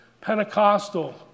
Pentecostal